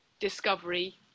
discovery